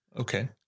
Okay